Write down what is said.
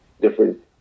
different